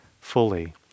fully